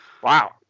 wow